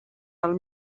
del